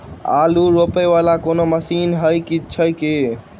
आलु रोपा वला कोनो मशीन हो छैय की?